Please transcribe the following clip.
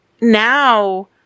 now